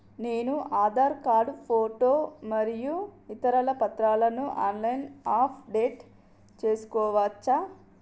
నేను Aadhaar card photo మరియు ఇతర పత్రాలను ఆన్ లైన్ అప్ డెట్ చేసుకోవచ్చా?